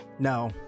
No